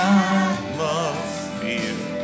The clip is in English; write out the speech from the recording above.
atmosphere